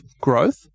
growth